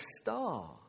star